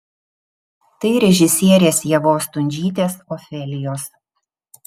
tai režisierės ievos stundžytės ofelijos